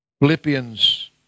Philippians